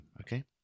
okay